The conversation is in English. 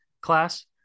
class